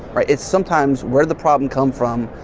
right? it's sometimes where'd the problem come from,